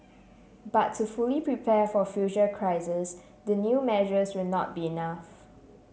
but to fully prepare for future crises the new measures will not be enough